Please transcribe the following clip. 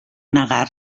negar